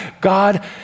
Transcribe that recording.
God